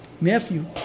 nephew